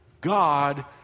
god